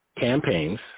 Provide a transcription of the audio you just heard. campaigns